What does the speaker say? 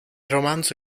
romanzo